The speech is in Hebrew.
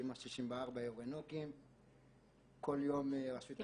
כמעט 64 --- כל יום רשות אחרת -- אני